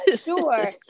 sure